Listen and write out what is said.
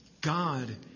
God